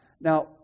Now